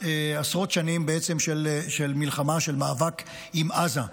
עשרות שנים, של מלחמה, של מאבק עם עזה.